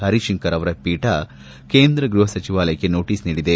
ಹರಿಶಂಕರ್ ಅವರ ಪೀಠ ಕೇಂದ್ರ ಗೃಹ ಸಚಿವಾಲಯಕ್ಕೆ ನೋಟಿಸ್ ನೀಡಿದೆ